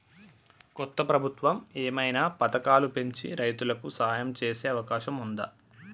కొత్త ప్రభుత్వం ఏమైనా పథకాలు పెంచి రైతులకు సాయం చేసే అవకాశం ఉందా?